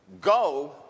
go